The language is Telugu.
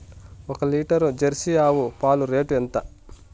ఒక లీటర్ జెర్సీ ఆవు పాలు రేటు ఎంత?